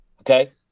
okay